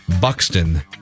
Buxton